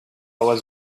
was